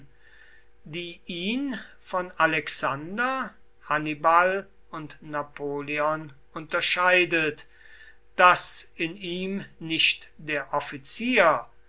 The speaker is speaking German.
von alexander hannibal und napoleon unterscheidet daß in ihm nicht der offizier